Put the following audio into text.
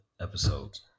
episodes